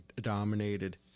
dominated